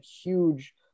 huge